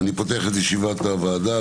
אני פותח את ישיבת הוועדה.